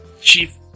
Chief